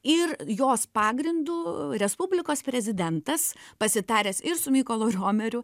ir jos pagrindu respublikos prezidentas pasitaręs ir su mykolu romeriu